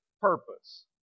purpose